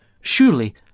Surely